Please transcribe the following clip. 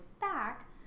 back